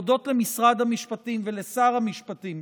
להודות למשרד המשפטים ולשר המשפטים,